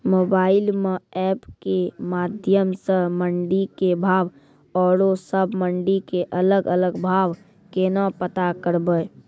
Mobile म app के माध्यम सऽ मंडी के भाव औरो सब मंडी के अलग अलग भाव केना पता करबै?